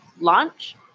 launch